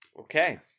Okay